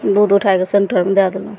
दूध उठाइ कऽ सेन्टरमे दए देलहुॅं